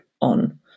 on